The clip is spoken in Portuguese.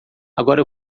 agora